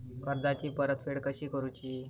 कर्जाची परतफेड कशी करूची?